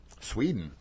Sweden